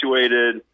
situated